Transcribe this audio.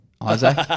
Isaac